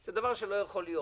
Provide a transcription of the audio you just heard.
זה דבר שלא יכול להיות.